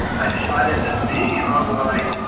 i decided that the online